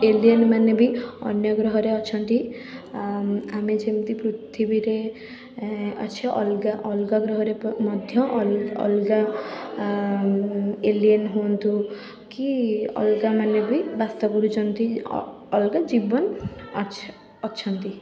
ଏଲିଏନ୍ମାନେ ବି ଅନ୍ୟ ଗ୍ରହରେ ଅଛନ୍ତି ଆମ ଆମେ ଯେମତି ପୃଥିବୀରେ ଏଁ ଅଛେ ଅଲଗା ଅଲଗା ଗ୍ରହରେ ପ ମଧ୍ୟ ଅଲ ଅଲଗା ଏଲିଏନ୍ ହୁଅନ୍ତୁ କି ଅଲଗା ମାନେ ବି ବାସ କରୁଛନ୍ତି ଅ ଅଲଗା ଜୀବନ ଅଛ ଅଛନ୍ତି